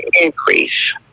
increase